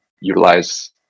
utilize